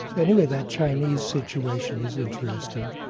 anyway, that chinese situation is interesting.